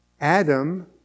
Adam